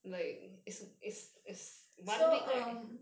so um